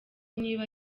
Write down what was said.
niba